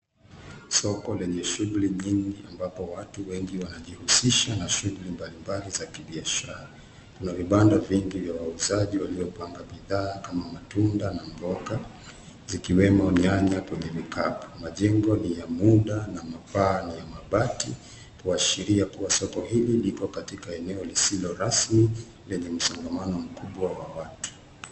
Soko lenye shughuli nyingi ambako watu wengi wanajihusisha na shughuli mbalimbali za kibiashara. Kuna vibanda vingi vya wauzaji waliopanga bidhaa kama matunda na mboga zikiwemo nyanya kwenye vikapu. Majengo ni ya muda na paa ni ya mabati kuashiria kuwa soko hili liko katika eneo lisilo rasmi lenye msongamano mkubwa wa watu.